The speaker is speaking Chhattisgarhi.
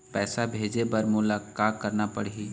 पैसा भेजे बर मोला का करना पड़ही?